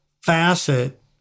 facet